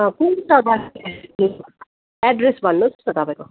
address भन्नुहोस् न तपाईँको